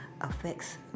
affects